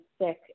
sick